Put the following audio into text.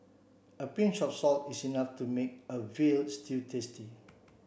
a pinch of salt is enough to make a veal stew tasty